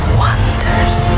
wonders